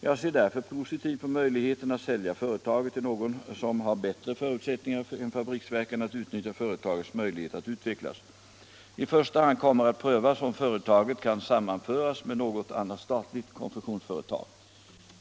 Jag ser därför positivt på möjligheten att sälja företaget till någon som har bättre förutsättningar än fabriksverken att utnyttja företagets möjligheter att utvecklas. I första hand kommer att prövas om företaget kan sammanföras med något annat statligt kon fektionsföretag.